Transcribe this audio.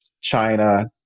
China